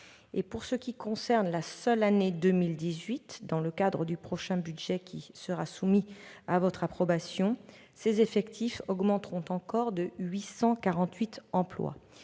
Pour ce qui concerne la seule année 2018, dans le cadre du prochain budget qui sera soumis à votre approbation, ces effectifs augmenteront encore de 848 emplois.